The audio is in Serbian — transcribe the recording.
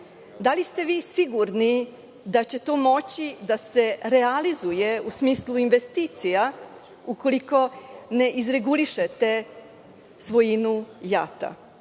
Da li ste vi sigurni da će to moći da se realizuje u smislu investicija ukoliko ne izregulišete svojinu JAT-a?